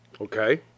Okay